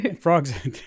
Frogs